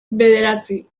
bederatzi